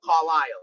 Carlisle